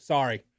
Sorry